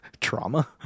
Trauma